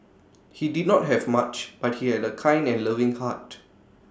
he did not have much but he had A kind and loving heart